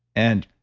and